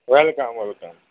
welcome welcome